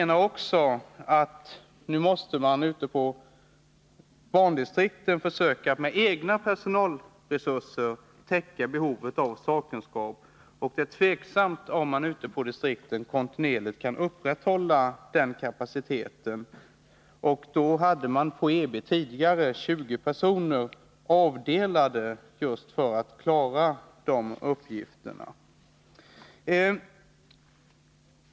Nu måste man, anses det, ute på bandistrikten med egna personalresurser försöka täcka behovet av sakkunskap, men det är tvivelaktigt om man kontinuerligt kan upprätthålla kapaciteten. På Eb — Elektrobyggnaderna — hade man tidigare 20 personer för att klara just de här uppgifterna.